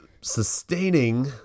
sustaining